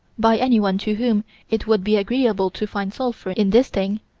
by anyone to whom it would be agreeable to find sulphur in this thing,